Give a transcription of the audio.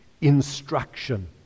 instruction